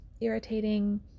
irritating